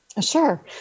Sure